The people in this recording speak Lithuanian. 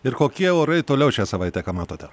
ir kokie orai toliau šią savaitę ką matote